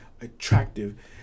attractive